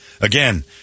Again